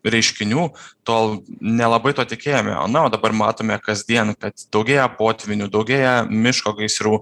reiškinių tol nelabai tuo tikėjome o na o dabar matome kasdien kad daugėja potvynių daugėja miško gaisrų